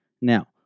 Now